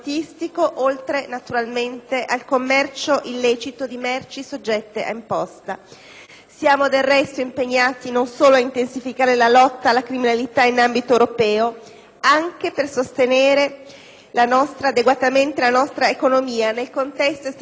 Siamo del resto impegnati non solo ad intensificare la lotta alla criminalità in ambito europeo, ma anche a sostenere adeguatamente la nostra economia nel contesto estremamente dinamico della libera circolazione dei capitali e delle persone a livello dell'Unione europea.